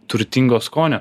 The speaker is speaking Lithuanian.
turtingo skonio